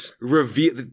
reveal –